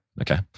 okay